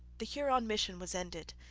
the huron mission was ended.